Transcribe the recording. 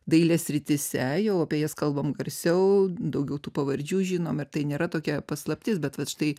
dailės srityse jau apie jas kalbam garsiau daugiau tų pavardžių žinom ir tai nėra tokia paslaptis bet vat štai